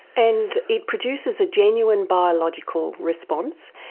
and it produces a genuine biological response.